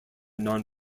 non